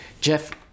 Jeff